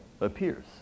appears